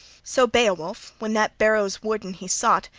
so beowulf, when that barrow's warden he sought,